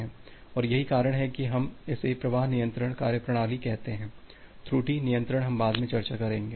और यही कारण है कि हम इसे प्रवाह नियंत्रण कार्यप्रणाली कहते हैं त्रुटि नियंत्रण हम बाद में चर्चा करेंगे